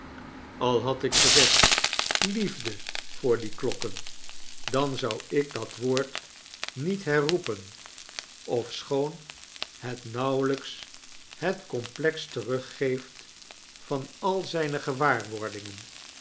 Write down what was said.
al had ik gezegd liefde voor die klokken dan zou ik dat woord ndet herroepen ofschoon het nauwelij-ks het complex teruggeeft van al zijine gewaarwordingen